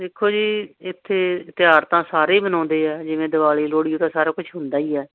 ਦੇਖੋ ਜੀ ਇੱਥੇ ਤਿਉਹਾਰ ਤਾਂ ਸਾਰੇ ਹੀ ਮਨਾਉਂਦੇ ਆ ਜਿਵੇਂ ਦਿਵਾਲੀ ਲੋਹੜੀ ਤਾਂ ਸਾਰਾ ਕੁਝ ਹੁੰਦਾ ਹੀ ਹੈ